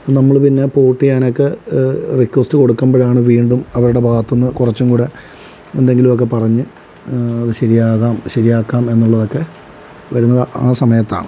നമ്മൾ പിന്നെ പോർട്ട് ചെയ്യാനൊക്കെ റിക്വസ്റ്റ് കൊടുക്കമ്പോഴാണ് വീണ്ടും അവരുടെ ഭാഗത്തുനിന്ന് കുറച്ചുംകൂടെ എന്തെങ്കിലുമൊക്കെ പറഞ്ഞ് ശരിയാകാം ശരിയാക്കാം എന്നുള്ളതൊക്കെ വരുന്നത് ആ സമയത്താണ്